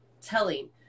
telling